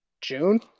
June